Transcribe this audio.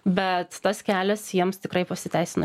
bet tas kelias jiems tikrai pasiteisina